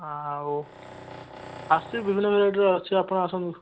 ଆଉ ଆସୁଛି ବିଭିନ୍ନ ଭେରାଇଟିର ଅଛି ଆପଣ ଆସନ୍ତୁ